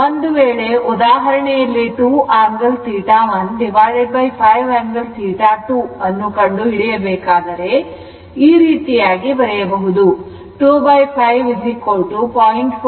ಒಂದು ವೇಳೆ ಉದಾಹರಣೆಯಲ್ಲಿ 2 angle 15 angle 2 ಅನ್ನು ಕಂಡು ಹಿಡಿಯಬೇಕಾದರೆ ಈ ರೀತಿಯಾಗಿ ಬರೆಯಬಹುದು 25 0